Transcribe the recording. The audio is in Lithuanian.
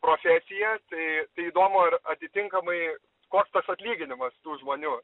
profesija tai įdomu ar atitinkamai koks tas atlyginimas tų žmonių